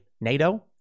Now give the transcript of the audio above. NATO